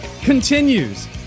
continues